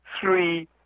Three